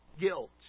guilt